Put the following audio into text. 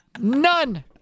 None